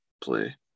play